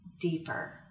deeper